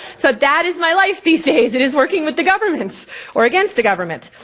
so that is my life these days, it is working with the government or against the government.